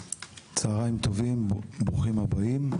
צוהריים טובים, ברוכים הבאים,